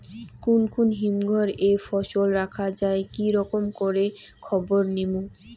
কুন কুন হিমঘর এ ফসল রাখা যায় কি রকম করে খবর নিমু?